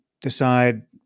decide